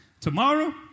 Tomorrow